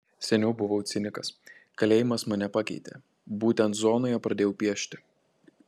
seniau buvau cinikas kalėjimas mane pakeitė būtent zonoje pradėjau piešti